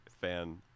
fan